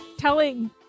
Telling